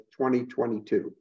2022